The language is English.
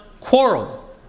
quarrel